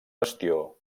bastió